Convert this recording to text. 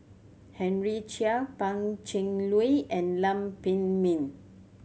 Henry Chia Pan Cheng Lui and Lam Pin Min